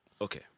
Okay